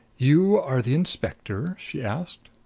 you are the inspector? she asked.